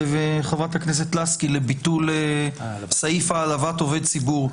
חברת הכנסת לסקי, לביטול סעיף העלבת עובד ציבור.